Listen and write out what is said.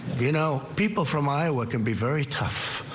you know people from iowa can be very tough.